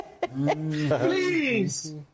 Please